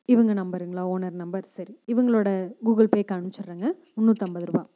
இவங்க நம்பருங்களா owner number சரி இவங்களோட கூகுள் பேவுக்கு அனுப்ச்சிடுறங்க முன்னூற்றைம்பது ரூபாய்